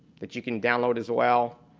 that you can download as well,